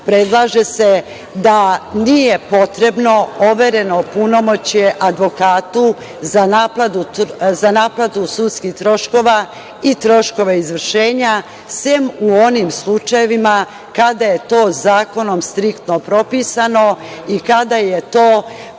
predlaže se da nije potrebno overeno punomoćje advokatu za naplatu sudskih troškova i troškova izvršenja sem u onim slučajevima kada je to zakonom striktno propisano i kada je to